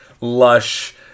lush